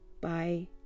Bye